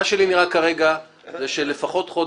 מה שנראה לי כרגע זה שהאירוע הזה ייקח לפחות חודש,